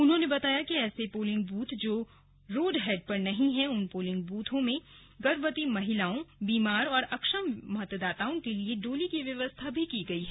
उन्होंने बताया कि ऐसे पोलिंग बूथ जो रोडहैड पर नहीं है उन पोलिंग बूथ में गर्भवती महिलाओं बीमार और अक्षम मतदाताओं के लिए डोली की व्यवस्था भी की गयी है